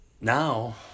Now